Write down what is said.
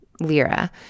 lira